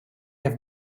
have